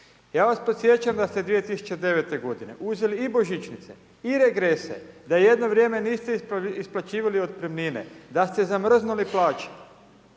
Ja vas podsjećam da ste 2009. g. uzeli i božićnice i regrese, da jedno vrijeme niste isplaćivali otpremnine, da ste zamrznuli plaće,